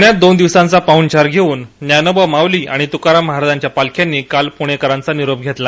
पृण्यात दोन दिवसांचा पाहणचार घेऊन ज्ञानोबा माऊली आणि तुकाराम महाराजांच्या पालख्यांनी काल पुणेकरांचा निरोप घेतला